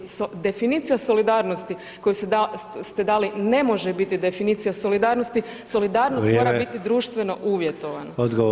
Definicija solidarnosti koju ste dali ne može biti definicija solidarnosti [[Upadica: Vrijeme]] solidarnost mora biti društveno uvjetovana.